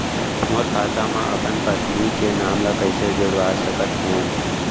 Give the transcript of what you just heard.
मोर खाता म अपन पत्नी के नाम ल कैसे जुड़वा सकत हो?